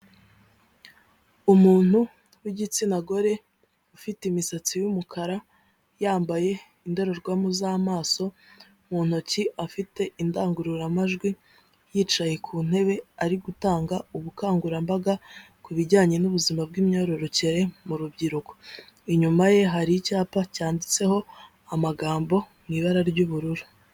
Umuntu w'igitsina gore ufite imisatsi y'umukara yambaye indorerwamo z'amaso, mu ntoki afite indangururamajwi yicaye ku ntebe ari gutanga ubukangurambaga ku bijyanye n'ubuzima bw'imyororokere mu rubyiruko. Inyuma ye hari icyapa cyanditseho amagambo mu ibara ry'ubururu.